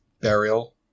burial